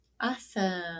Awesome